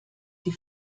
die